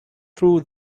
threw